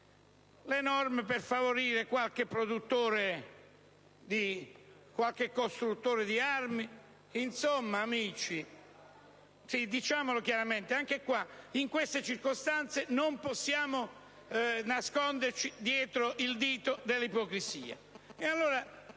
le norme per favorire qualche produttore di armi. Insomma, amici, diciamolo chiaramente: in queste circostanze non possiamo nasconderci dietro il dito dell'ipocrisia.